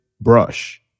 brush